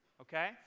okay